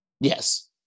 Yes